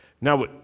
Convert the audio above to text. Now